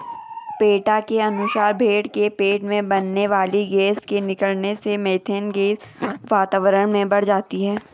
PETA के अनुसार भेंड़ के पेट में बनने वाली गैस के निकलने से मिथेन गैस वातावरण में बढ़ जाती है